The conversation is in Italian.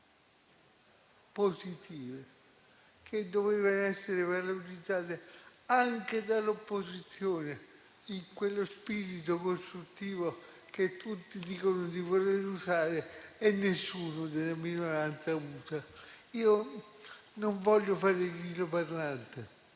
positive che dovevano essere valorizzate anche dall'opposizione in quello spirito costruttivo che tutti dicono di voler usare e nessuno della minoranza usa. Non voglio fare il grillo parlante,